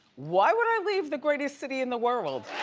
why would i leave the greatest city in the world?